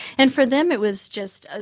and for them it was just, ah